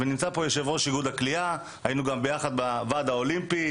נמצא פה יושב ראש איגוד הקליעה שהיינו גם ביחד בוועד האולימפי.